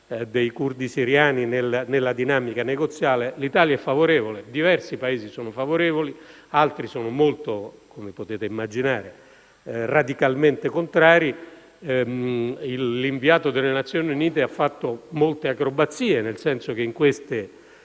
dei curdi siriani, nella dinamica negoziale? L'Italia è favorevole, diversi Paesi sono favorevoli, mentre altri sono - come potete immaginare - radicalmente contrari. L'inviato delle Nazioni Unite ha compiuto molte acrobazie, nel senso che ai